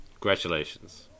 Congratulations